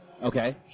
Okay